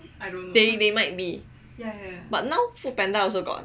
they might be but now Foodpanda also got